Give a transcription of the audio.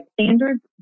standards